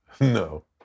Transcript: No